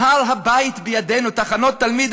"הר-הבית בידינו תחנות תלמיד,